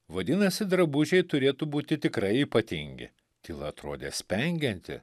vadinasi drabužiai turėtų būti tikrai ypatingi tyla atrodė spengianti